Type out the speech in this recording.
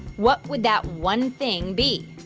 what would that one thing be?